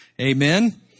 Amen